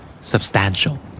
Substantial